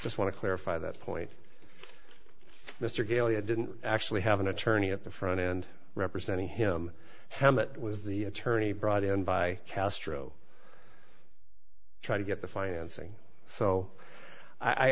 just want to clarify that point mr galea didn't actually have an attorney at the front end representing him hemet was the attorney brought in by castro trying to get the financing so i